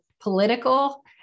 political